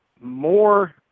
more